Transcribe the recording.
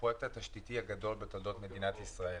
הפרויקט התשתיתי הגדול בתולדות מדינת ישראל.